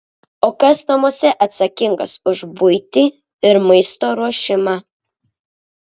o kas namuose atsakingas už buitį ir maisto ruošimą